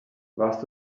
warst